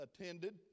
attended